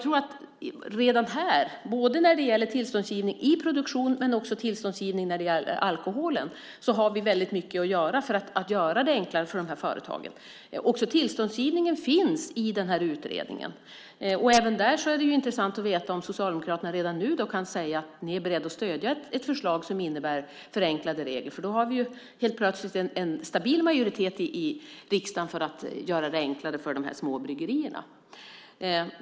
Redan här, både när det gäller tillståndsgivning i produktion och när det gäller tillståndsgivning för alkoholen, har vi väldigt mycket att göra för att göra det enklare för de här företagen. Också tillståndsgivningen finns i den här utredningen. Även där är det intressant att veta om Socialdemokraterna redan nu kan säga att ni är beredda att stödja ett förslag som innebär förenklade regler. Då har vi ju helt plötsligt en stabil majoritet i riksdagen för att göra det enklare för de små bryggerierna.